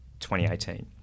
2018